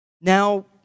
Now